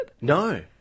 No